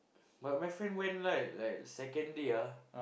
but my friend went like like second day ah